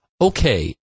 Okay